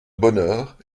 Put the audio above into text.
bonheur